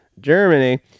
Germany